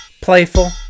playful